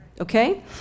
Okay